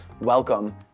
welcome